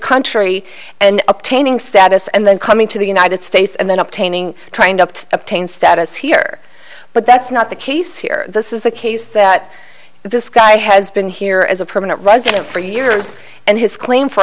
country and obtaining status and then coming to the united states and then up painting trying up to obtain status here but that's not the case here this is a case that this guy has been here as a permanent resident for years and his claim for